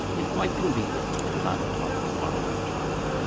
if quite convenient, at five o'clock to-morrow afternoon.